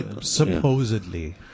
supposedly